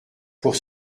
pour